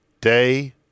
day